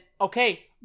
okay